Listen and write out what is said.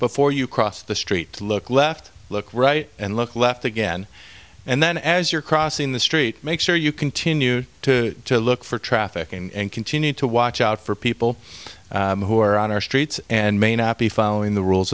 before you cross the street to look left look right and look left again and then as you're crossing the street make sure you continue to look for traffic and continue to watch out for people who are on our streets and may not be following the rules